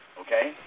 okay